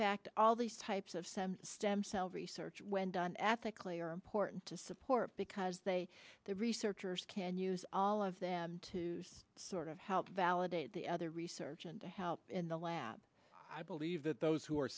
fact all these types of some stem cell research when done ethically are important to support because they the researchers can use all of them to sort of help validate the other research and to help in the lab i believe that those who are